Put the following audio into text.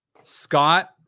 Scott